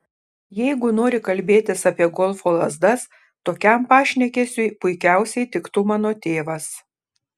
jeigu nori kalbėtis apie golfo lazdas tokiam pašnekesiui puikiausiai tiktų mano tėvas